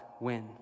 win